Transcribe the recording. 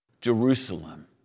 Jerusalem